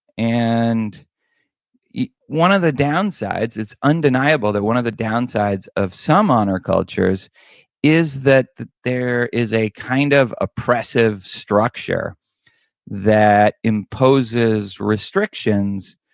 and yeah one of the downsides, it's undeniable that one of the downsides of some honor cultures is that there is a kind of oppressive structure that imposes restrictions,